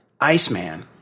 Iceman